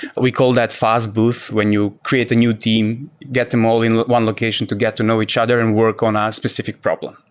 we call that fast booth, when you create a new team. get them all in one location to get to know each other and work on ah a specific problem.